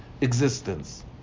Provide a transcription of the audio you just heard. existence